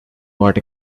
what